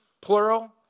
plural